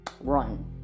run